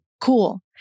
cool